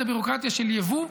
את הביורוקרטיה של יבוא.